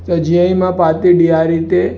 त जीअं ई मां पाती ॾियारी ते